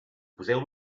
poseu